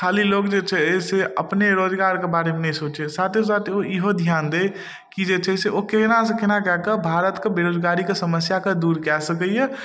खाली लोग जे छै से अपने रोजगारके बारेमे नहि सोचय साथे साथ ओ ईहो ध्यान दै कि जे छै से ओ केना सँ केना कए कऽ भारतके बेरोजगारीके समस्याके दूर कए सकइए